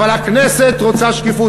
אבל הכנסת רוצה שקיפות.